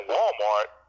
Walmart